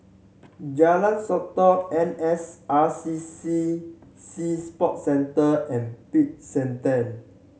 Jalan Sotong N S R C C Sea Sport Centre and Peck San Theng